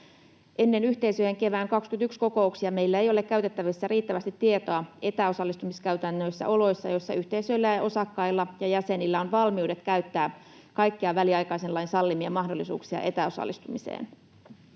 Ennen yhteisöjen kevään 21 kokouksia meillä ei ole käytettävissä riittävästi tietoa etäosallistumiskäytännöistä oloissa, joissa yhteisöillä ja osakkailla ja jäsenillä on valmiudet käyttää kaikkia väliaikaisen lain sallimia mahdollisuuksia etäosallistumiseen.